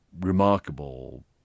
remarkable